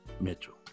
Mitchell